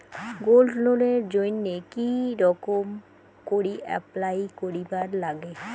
Gold লোনের জইন্যে কি রকম করি অ্যাপ্লাই করিবার লাগে?